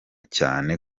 cyane